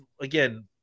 again